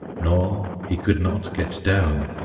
nor he could not get down.